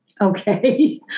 okay